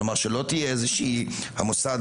כלומר שלא יהיה מוסד